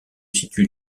situe